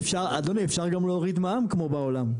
אדוני, אפשר גם להוריד מע"מ כמו בעולם.